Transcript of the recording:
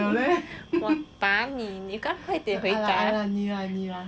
我打你你跟我快点回答